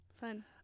Fun